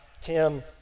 Tim